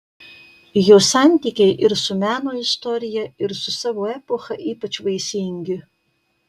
jo santykiai ir su meno istorija ir su savo epocha ypač vaisingi